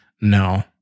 no